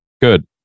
Good